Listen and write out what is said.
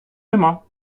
нема